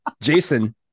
Jason